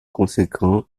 conséquent